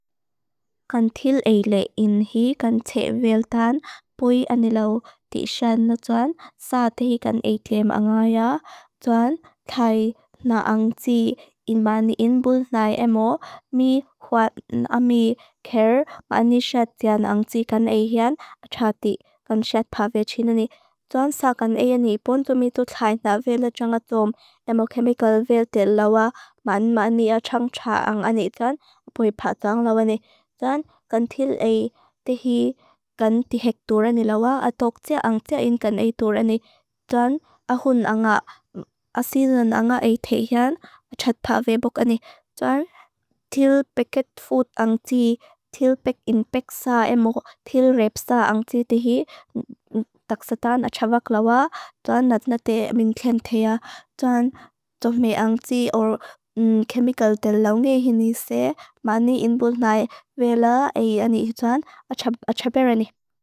Kanthil eile inhi kan tse viltan pui anilaw disan na dwan saa tehi kan eitem angaya. Dwan thai na ang tsi inmani inbunthai emo mi kwad ami ker mani shet dian ang tsi kan eian achati kan shet pavichinani. Dwan saa kan eiani bunthumitut thai na vila jangatom emo chemical viltan lawa man mani achang tsa ang ani dwan pui patang lawa ni. Dwan kanthil ei tehi kan tihek durani lawa atok tia ang tia in kan ei durani. Dwan ahun anga asilin anga ei tehian achat pavibok ani. Dwan thil peket food ang tsi, thil pek inpek saa emo, thil rep saa ang tsi tehi taksatan achabak lawa. Dwan natnate minken tia. Dwan tofmei ang tsi or chemical tenlaw ni hini se mani inbunthnai vila eiani dwan achaberani.